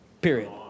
Period